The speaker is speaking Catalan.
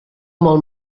molt